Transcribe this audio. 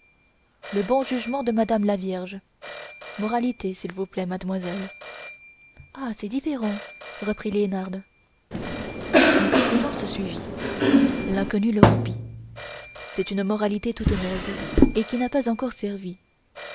le bon jugement de madame la vierge moralité s'il vous plaît madamoiselle ah c'est différent reprit liénarde un court silence suivit l'inconnu le rompit c'est une moralité toute neuve et qui n'a pas encore servi